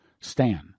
Stan